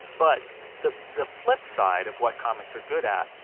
but the the flip side of what comics are good at,